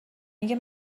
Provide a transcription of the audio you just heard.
میگه